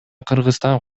кыргызстан